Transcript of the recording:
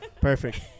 Perfect